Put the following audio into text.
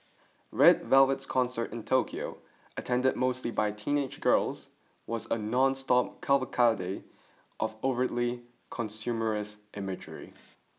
Red Velvet's concert in Tokyo attended mostly by teenage girls was a nonstop cavalcade of overtly consumerist imagery